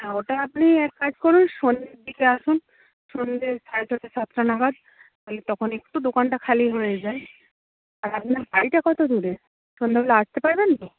ওটা আপনি এক কাজ করুন সন্ধ্যের দিকে আসুন সন্ধে সাড়ে ছটা সাতটা নাগাদ ওই তখন একটু দোকানটা খালি হয়ে যায় আর আপনার বাড়িটা কতদূরে সন্ধেবেলা আসতে পারবেন তো